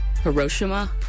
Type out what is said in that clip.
hiroshima